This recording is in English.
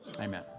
Amen